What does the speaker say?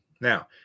Now